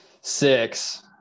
six